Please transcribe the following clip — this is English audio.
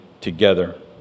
together